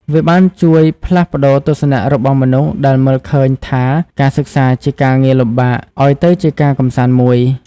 វាបានជួយផ្លាស់ប្តូរទស្សនៈរបស់មនុស្សដែលមើលឃើញថាការសិក្សាជាការងារលំបាក ឲ្យទៅជាការកម្សាន្តមួយ។